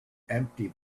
empty